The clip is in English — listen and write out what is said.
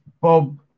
Bob